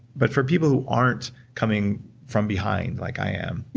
but for people who aren't coming from behind like i am,